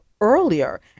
earlier